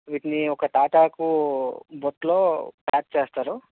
వీటిని ఒక తాటాకు బుట్టలో ప్యాక్ చేస్తారు